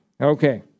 Okay